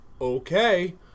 okay